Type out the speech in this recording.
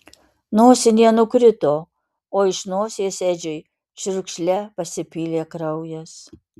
nosinė nukrito o iš nosies edžiui čiurkšle pasipylė kraujas